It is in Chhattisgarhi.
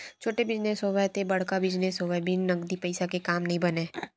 छोटे बिजनेस होवय ते बड़का बिजनेस होवय बिन नगदी पइसा के काम नइ बनय